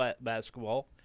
basketball